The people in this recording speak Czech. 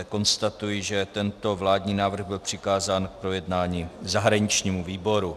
Konstatuji, že tento vládní návrh byl přikázán k projednání zahraničnímu výboru.